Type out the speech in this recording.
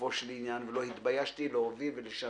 לגופו של עניין, ולא התביישתי להוביל ולשנות